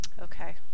okay